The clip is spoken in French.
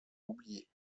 oubliées